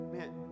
Man